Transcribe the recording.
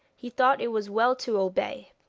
he thought it was well to obey.